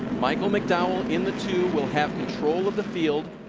michael mcdowell in the two will have control of the field.